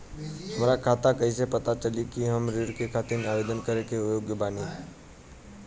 हमरा कइसे पता चली कि हम ऋण के खातिर आवेदन करे के योग्य बानी?